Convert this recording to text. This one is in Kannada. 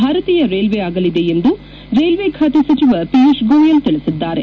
ಭಾರತೀಯ ರೈಲ್ವೆ ಆಗಲಿದೆ ಎಂದು ರೈಲ್ವೆ ಖಾತೆ ಸಚಿವ ಪಿಯೂಷ್ ಗೋಯಲ್ ತಿಳಿಸಿದ್ದಾರೆ